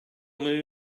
moon